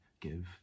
give